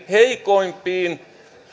heikoimpiin